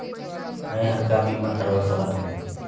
मैं हर का बीमा करवा सकत हो?